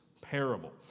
parable